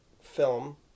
film